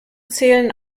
zählen